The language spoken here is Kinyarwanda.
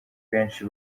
benshi